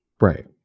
Right